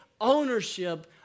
ownership